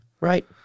Right